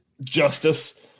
Justice